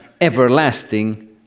everlasting